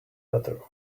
better